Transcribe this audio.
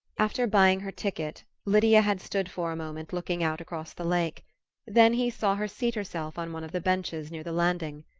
after buying her ticket, lydia had stood for a moment looking out across the lake then he saw her seat herself on one of the benches near the landing.